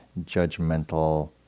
judgmental